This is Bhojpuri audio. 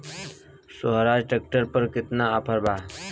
सोहराज ट्रैक्टर पर केतना ऑफर बा?